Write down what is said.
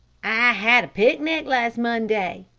i had a picnic last monday,